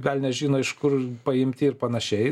velnias žino iš kur paimti ir panašiai